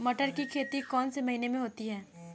मटर की खेती कौन से महीने में होती है?